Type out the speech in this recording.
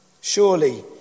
Surely